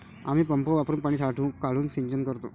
आम्ही पंप वापरुन पाणी काढून सिंचन करतो